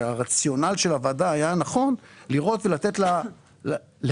שהרציונל של הוועדה היה נכון לראות ולתת לה להבשיל